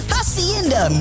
Hacienda